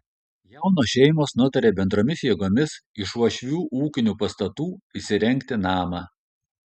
jaunos šeimos nutarė bendromis jėgomis iš uošvių ūkinių pastatų įsirengti namą